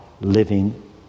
living